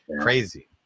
crazy